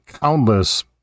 countless